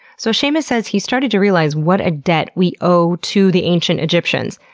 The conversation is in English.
so seamus says he started to realize what a debt we owe to the ancient egyptians,